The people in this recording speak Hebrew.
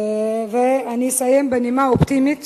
אני אסיים בנימה אופטימית